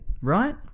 right